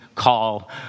call